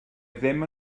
ddim